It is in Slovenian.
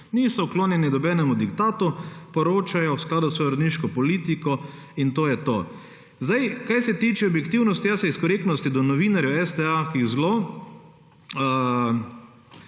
Niso klonjeni nobenemu diktatu, poročajo v skladu s svojo uredniško politiko in to je to. Kar se tiče objektivnosti. Jaz se iz korektnosti do novinarjev STA, ki jih zelo